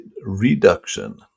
reduction